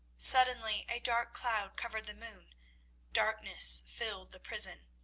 suddenly a dark cloud covered the moon darkness filled the prison.